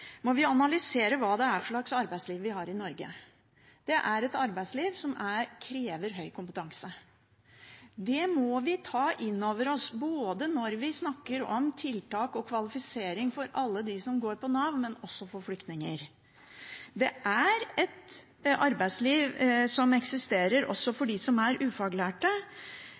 Vi må analysere hva slags arbeidsliv vi har i Norge. Det er et arbeidsliv som krever høy kompetanse. Det må vi ta inn over oss både når vi snakker om tiltak og kvalifisering for alle dem som går på Nav, men også for flyktninger. Det eksisterer et arbeidsliv også for dem som er ufaglærte,